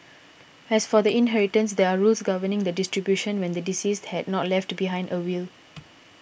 as for the inheritance there are rules governing the distribution when the deceased had not left behind a will